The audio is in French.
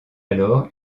alors